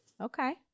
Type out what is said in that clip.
Okay